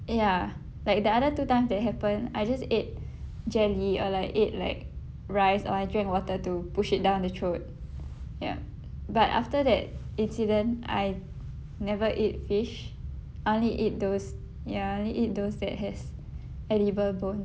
ya like the other two time that happened I just ate jelly or like ate like rice or I drank water to push it down the throat ya but after that incident I never eat fish I only eat those ya I only eat those that has edible bone